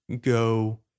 go